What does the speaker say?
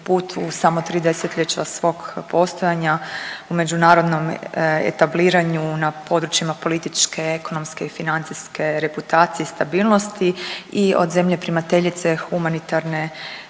put u samo tri desetljeća svog postojanja u međunarodnom etabliranju na područjima političke, ekonomske i financijske reputacije i stabilnosti i od zemlje primateljice humanitarne